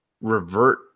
revert